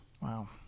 Wow